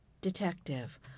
Detective